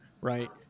right